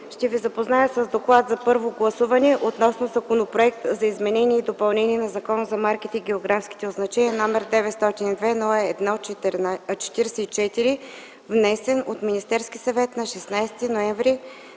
Ще ви запозная с доклада на комисията относно Законопроект за изменение и допълнение на Закона за марките и географските означения, № 902-01-44, внесен от Министерския съвет на 16 ноември